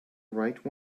right